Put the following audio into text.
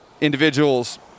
individuals